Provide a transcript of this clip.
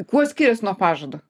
kuo skirias nuo pažado